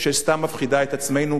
שסתם מפחידה את עצמנו,